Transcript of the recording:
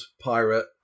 pirate